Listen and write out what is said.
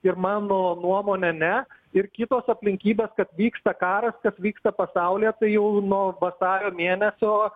ir mano nuomone ne ir kitos aplinkybės kad vyksta karas kas vyksta pasaulyje jau nuo vasario mėnesio